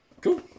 Cool